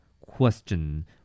Question